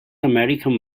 american